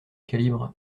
calibre